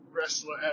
wrestler